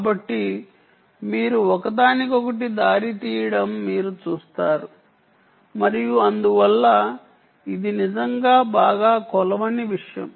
కాబట్టి మీరు ఒకదానికొకటి దారి తీయడం మీరు చూస్తారు మరియు అందువల్ల ఇది నిజంగా బాగా కొలవని విషయం